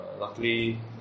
luckily